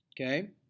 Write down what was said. Okay